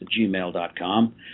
gmail.com